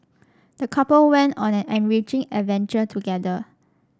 the couple went on an enriching adventure together